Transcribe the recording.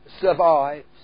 survives